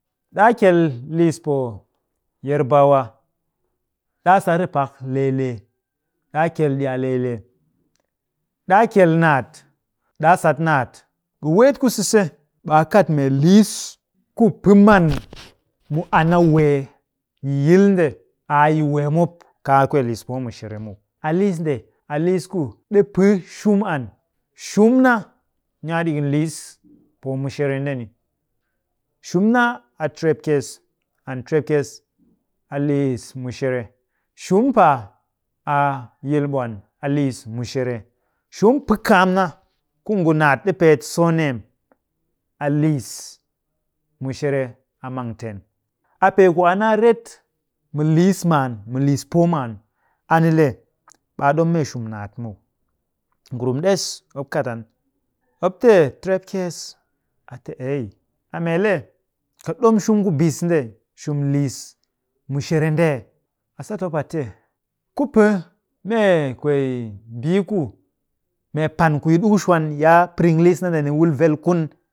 Ɗaa kyel liis poo yarbawa. ɗaa sat rep pak lee lee. ɗaa kyel ɗi a lee lee. ɗaa kyel naat, ɗaa sat naat. ɓe weet ku sise, ɓe a kat mee liis ku pɨ man mu an a wee yi yil nde a yi wee mop kaa kwee liis poo mushere muw. A liis nde a liis ku ɗi pɨ shum an. Shumna, ni a ɗikin liis poo mushere ndeni. Shum na a trepkyes. And trepkyes a liis mushere. Shum paa a yilɓwan. A liis mushere. Shum pɨkaam na, ku ngu naat ɗi peet surname, a liis mushere, a mangten. A pee ku a naa ret mu liis maan, mu liis poo. maan. A ni le ɓe a ɗom mee shum naat muw. Ngurum ɗes mop kat an mop te repkyes, a te ei. A mee le ka ɗom shum ku bis nde, shum liis mushere nde ee? A sat mop a te ku pɨ mee kwee mbii ku, mee pan ku yi ɗiku shwan yi a piring liss na ndeni wul vel kun.